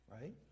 Right